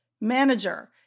manager